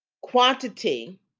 quantity